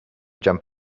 jump